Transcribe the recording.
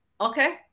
Okay